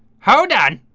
how dad